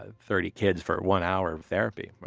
ah thirty kids for one hour of therapy.